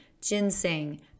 ginseng